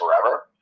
forever